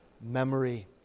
memory